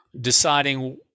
deciding